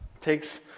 takes